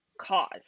cause